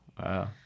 Wow